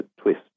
twist